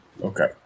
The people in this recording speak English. Okay